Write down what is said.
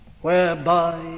whereby